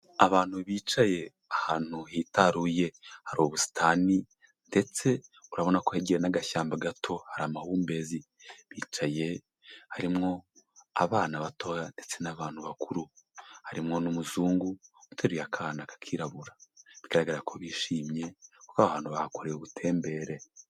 Abantu bicaye ahantu hitaruye, hari ubusitani ndetse urabona ko hegeye n'agashyamba gato hari amahumbezi, bicaye harimwo abana batoya ndetse n'abantu bakuru, harimwo n'umuzungu uteruye akana k'akirabura, bigaragara ko bishimye kuko aho hantu bahakoreye ubutembere.